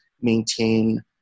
maintain